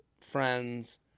friends